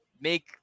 make